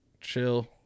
Chill